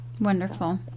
Wonderful